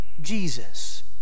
Jesus